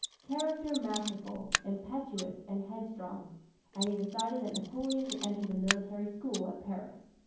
character masterful, impetuous and headstrong and he decided that napoleon should enter the military school at paris.